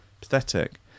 Pathetic